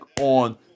on